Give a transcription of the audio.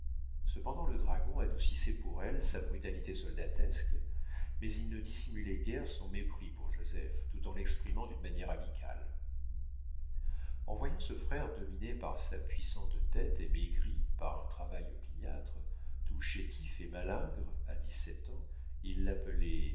cependant le dragon adoucissait pour elle sa brutalité soldatesque mais il ne dissimulait guère son mépris pour joseph tout en l'exprimant d'une manière amicale en voyant ce frère dominé par sa puissante tête et maigri par un travail opiniâtre tout chétif et malingre à dix-sept ans il l'appelait